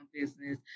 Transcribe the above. business